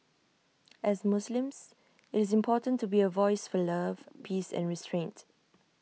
as Muslims IT is important to be A voice for love peace and restraint